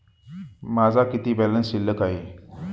माझा किती बॅलन्स शिल्लक आहे?